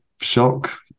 shock